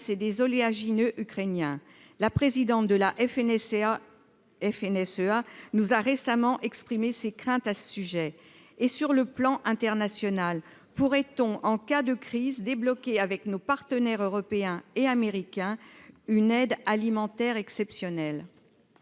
et des oléagineux ukrainien, la présidente de la FNSEA FNSEA nous a récemment exprimé ses craintes à ce sujet et sur le plan international, pourrait-on en cas de crise débloquer avec nos partenaires européens et américains, une aide alimentaire exceptionnelle.